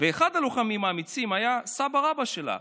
ואחד הלוחמים האמיצים היה סבא רבא שלה,